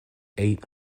eight